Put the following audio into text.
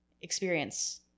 experience